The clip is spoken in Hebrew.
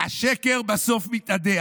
השקר בסוף מתאדה.